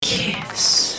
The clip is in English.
Yes